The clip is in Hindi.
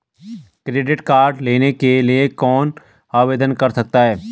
क्रेडिट कार्ड लेने के लिए कौन आवेदन कर सकता है?